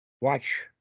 Watch